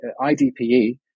IDPE